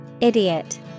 Idiot